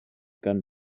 gun